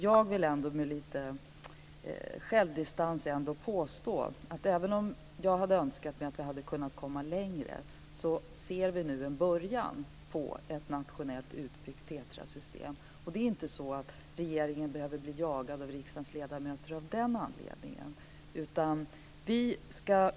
Jag vill, med lite självdistans, påstå att även om jag hade önskat att vi hade kommit längre ser vi nu en början på ett nationellt utbyggt TETRA-system. Regeringen behöver inte bli jagad av riksdagens ledamöter av den anledningen.